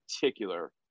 particular